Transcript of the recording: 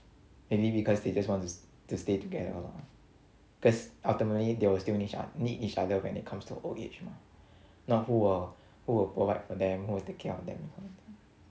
maybe because they just wanted to to stay together lor cause ultimately they will still need each ot~ need each other when it comes to old age mah north if not who will provide for them who will take care of them